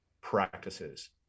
practices